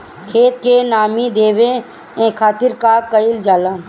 खेत के नामी देवे खातिर का कइल जाला?